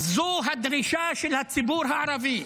זו הדרישה של הציבור הערבי.